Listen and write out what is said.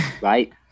right